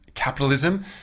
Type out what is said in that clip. Capitalism